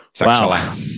wow